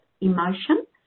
emotion